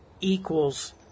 equals